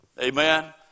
Amen